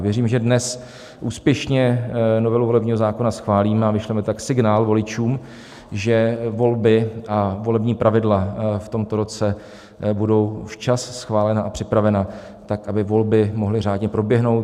Věřím, že dnes úspěšně novelu volebního zákona schválíme, a vyšleme tak signál voličům, že volby a volební pravidla v tomto roce budou včas schválena a připravena tak, aby volby mohly řádně proběhnout.